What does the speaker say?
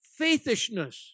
faithishness